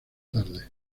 tarde